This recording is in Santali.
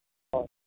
ᱦᱚᱸ